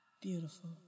beautiful